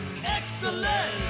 Excellent